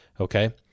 Okay